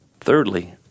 Thirdly